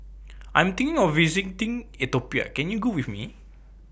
I Am thinking of visiting Ethiopia Can YOU Go with Me